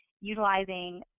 utilizing